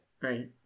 Right